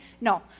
No